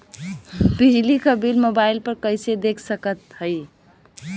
बिजली क bill mobile पर कईसे देख सकत हई?